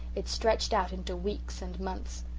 it stretched out into weeks and months.